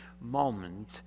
moment